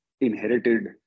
inherited